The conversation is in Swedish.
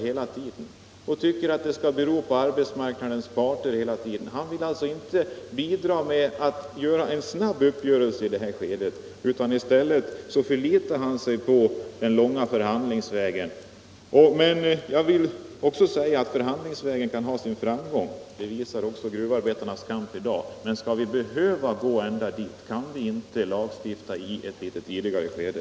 Han tycker att det skall ankomma på arbetsmarknadens parter att lösa dessa frågor. Han vill alltså inte bidra till en snabb uppgörelse i det här skedet, utan i stället förlitar han sig på den långa förhandlingsvägen. Naturligtvis kan man ha framgång på den vägen — det visar gruvarbetarnas kamp. Men skall vi behöva gå ända dit? Kan vi inte lagstifta i ett litet tidigare skede?